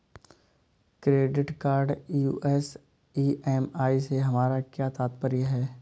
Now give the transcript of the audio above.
Credit card use EMI से हमारा क्या तात्पर्य है?